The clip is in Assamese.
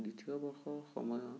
দ্বিতীয় বৰ্ষৰ সময়ত